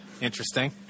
Interesting